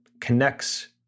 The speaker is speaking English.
connects